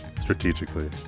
strategically